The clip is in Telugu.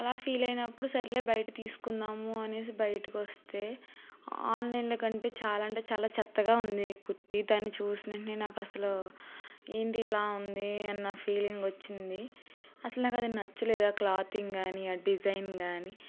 అలా ఫీల్ అయినప్పుడు సరే బయట తీసుకుందాము అని బయటకు వస్తే ఆన్లైన్లో కంటే చాలా అంటే చాలా చెత్తగా ఉంది కుర్తీ దాన్ని చూసిన వెంటనే నాకు అసలు ఏంటి ఇలా ఉంది అన్న ఫీలింగ్ వచ్చింది అసలు నాకు అది నచ్చలేదు ఆ క్లాతింగ్ కానీ ఆ డిజైన్ కానీ